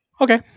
okay